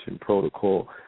Protocol